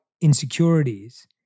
insecurities